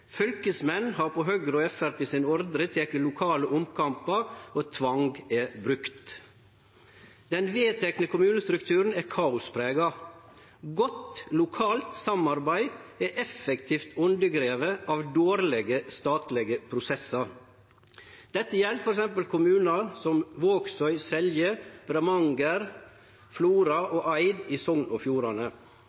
fylkesmenn har på Høgre og Framstegspartiets ordre teke lokale omkampar, og tvang har vorte brukt. Den vedtekne kommunestrukturen er kaosprega. Godt lokalt samarbeid er effektivt undergrave av dårlege statlege prosessar. Dette gjeld f.eks. kommunar som Vågsøy, Selje, Bremanger, Flora og Eid i Sogn og Fjordane.